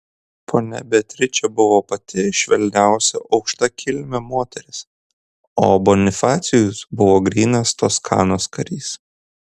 ponia beatričė buvo pati švelniausia aukštakilmė moteris o bonifacijus buvo grynas toskanos karys